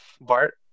bart